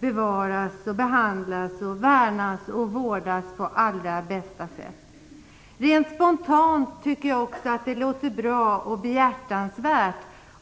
bevaras, behandlas, värnas och vårdas på allra bästa sätt. Rent spontant tycker jag också att det låter bra och behjärtansvärt.